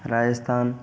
Rajasthan